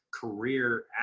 Career